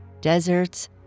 deserts